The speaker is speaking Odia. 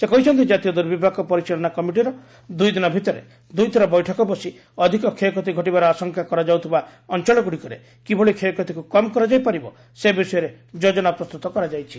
ସେ କହିଛନ୍ତି ଜାତୀୟ ଦୁର୍ବିପାକ ପରିଚାଳନା କମିଟିର ଦୁଇଦିନ ଭିତରେ ଦୁଇଥର ବୈଠକ ବସି ଅଧିକ କ୍ଷୟକ୍ଷତି ଘଟିବାର ଆଶଙ୍କା କରାଯାଉଥିବା ଅଞ୍ଚଳଗୁଡ଼ିକରେ କିଭଳି କ୍ଷୟକ୍ଷତିକୁ କମ୍ କରାଯାଇ ପାରିବ ସେ ବିଷୟରେ ଯୋଜନା ପ୍ରସ୍ତୁତ କରାଯାଇଛି